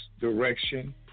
direction